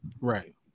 Right